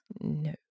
No